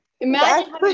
imagine